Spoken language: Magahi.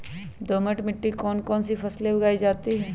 दोमट मिट्टी कौन कौन सी फसलें उगाई जाती है?